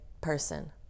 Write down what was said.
person